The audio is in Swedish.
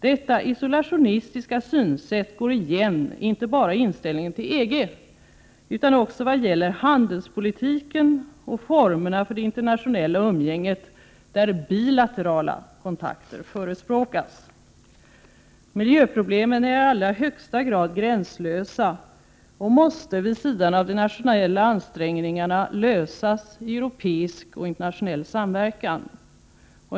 Detta isolationistiska synsätt går igen inte bara i inställningen utan också vad gäller handelspolitiken och formerna för det internationella umgänget, där bilaterala kontakter förespråkas. Miljöproblemen är i allra högsta grad gränslösa och måste, vid sidan av de nationella ansträngningarna, lösas i europeisk och internationell samverkan.